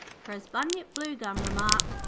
for as bunyip bluegum remarked,